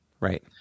Right